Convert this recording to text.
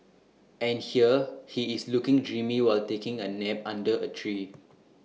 and here he is looking dreamy while taking A nap under A tree